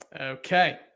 Okay